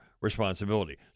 responsibility